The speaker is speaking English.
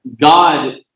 God